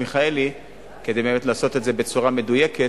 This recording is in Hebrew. מיכאלי כדי באמת לעשות את זה בצורה מדויקת,